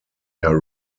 der